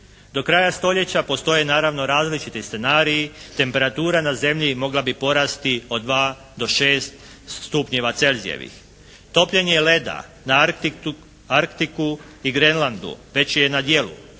Do kraja stoljeća postoje naravno različiti scenariji. Temperatura na Zemlji mogla bi porasti od 2 do 6 stupnjeva Celzijevih. Topljenje leda na Arktiku i Grenlandu već je na djelu.